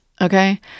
Okay